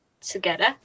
together